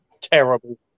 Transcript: terrible